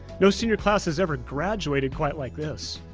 no senior class has ever graduated quite like this.